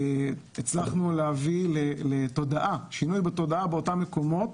הצלחנו להביא לשינוי בתודעה באותם מקומות